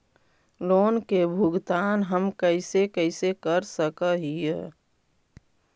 Loan के भुगतान हम कैसे कैसे कर सक हिय?